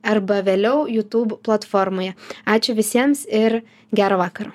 arba vėliau youtube platformoje ačiū visiems ir gero vakaro